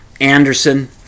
Anderson